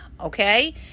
okay